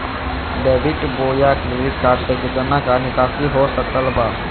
Debit बोया credit card से कितना का निकासी हो सकल बा?